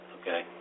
okay